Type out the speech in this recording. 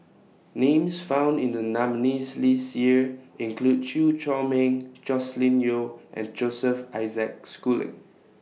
Names found in The nominees' list Year include Chew Chor Meng Joscelin Yeo and Joseph Isaac Schooling